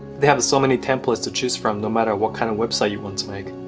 they have so many templates to choose from no matter what kind of website you want to make,